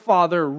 Father